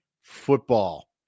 football